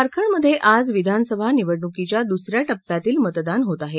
झारखंडमध्ये आज विधानसभा निवडणुकीच्या दुसऱ्या टप्प्यातील मतदान होत आहे